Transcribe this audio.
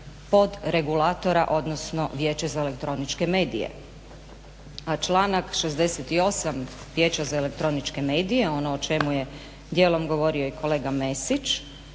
pod regulatora, odnosno Vijeće za elektroničke medije. A članak 68. Vijeća za elektroničke medije ono o čemu je djelom govorio i kolega Mesić